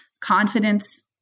confidence